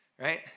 right